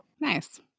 nice